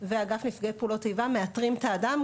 ואגף נפגעי פעולות איבה מאתרים את האדם,